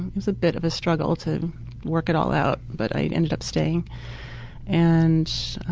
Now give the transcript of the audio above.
it was a bit of a struggle to work it all out but i ended up staying and